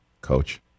Coach